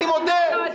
אני מודה.